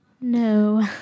No